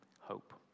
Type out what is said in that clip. hope